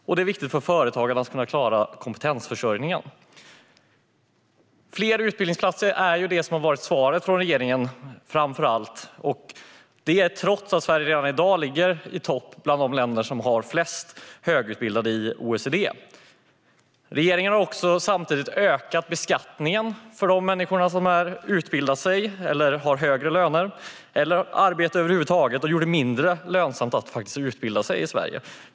Det är också viktigt för företagarna att kunna klara kompetensförsörjningen. Fler utbildningsplatser är framför allt det som har varit svaret från regeringen, trots att Sverige redan i dag ligger i topp bland de länder i OECD som har flest högutbildade. Regeringen har också ökat beskattningen för de människor som har utbildat sig, som har högre löner eller som arbetar över huvud taget och har gjort det mindre lönsamt att utbilda sig i Sverige.